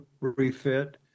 refit